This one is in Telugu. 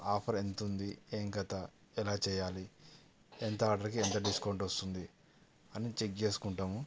ఆఫర్ ఎంత ఉంది ఏం కథ ఎలా చేయాలి ఎంత ఆర్డర్కి ఎంత డిస్కౌంట్ వస్తుంది అని చెక్ చేసుకుంటాము